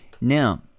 Now